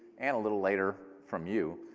and a little later from you,